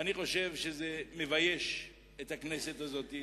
אני חושב שזה מבייש את הכנסת הזאת.